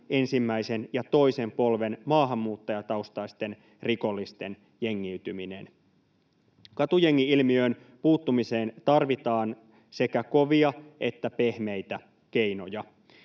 ensimmäisen ja toisen polven maahanmuuttajataustaisten rikollisten jengiytyminen. Katujengi-ilmiöön puuttumiseen tarvitaan sekä kovia että pehmeitä keinoja.